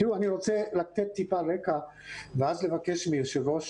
אני רוצה לתת מעט רקע ואז לבקש מיושב ראש